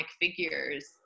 figures